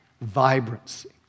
vibrancy